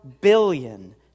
billion